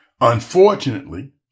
Unfortunately